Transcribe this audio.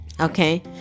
Okay